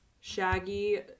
Shaggy